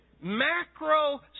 macro